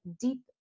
deep